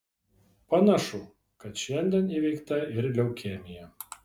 panašu kad šiandien įveikta ir leukemija